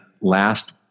last